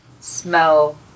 smell